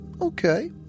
Okay